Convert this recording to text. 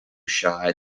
shy